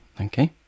Okay